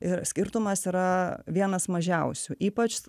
ir skirtumas yra vienas mažiausių ypač